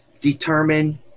determine